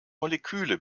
moleküle